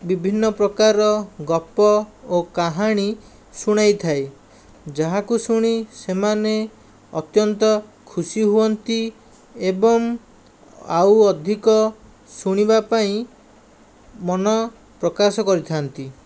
ବିଭିନ୍ନ ପ୍ରକାର ଗପ ଓ କାହାଣୀ ଶୁଣାଇଥାଏ ଯାହାକୁ ଶୁଣି ସେମାନେ ଅତ୍ୟନ୍ତ ଖୁସି ହୁଅନ୍ତି ଏବଂ ଆଉ ଅଧିକ ଶୁଣିବା ପାଇଁ ମନ ପ୍ରକାଶ କରିଥାନ୍ତି